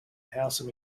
hassle